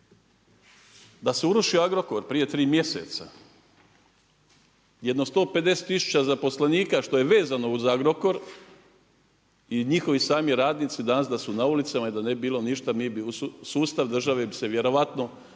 Da se urušio Agrokor prije tri mjeseca, jedno 150 tisuća zaposlenika što je vezano uz Agrokor i njihovi sami radnici danas da su na ulicama i da ne bi bilo ništa sustav države bi se vjerojatno urušio,